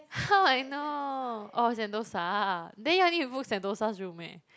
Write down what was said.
how I know oh Sentosa then you all need to book Sentosa's room eh